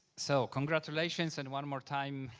so congratulations, and one more time,